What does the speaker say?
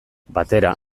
batera